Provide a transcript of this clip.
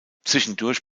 zwischendurch